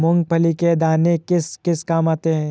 मूंगफली के दाने किस किस काम आते हैं?